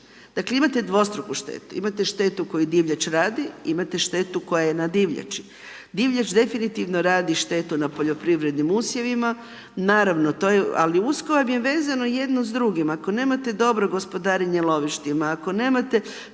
Dakle, imate dvostruku štetu, imate štetu koju divljač radi imate štetu koja je na divljači. Divljač definitivno radi štetu na poljoprivrednim usjevima, naravno, ali usko je vezano jedno s drugim, ako nemate dobro gospodarenje lovištima, ako nemate